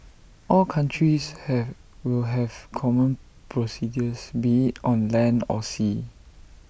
all countries have will have common procedures be IT on land or sea